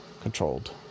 controlled